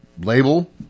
label